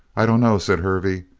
i dunno, said hervey.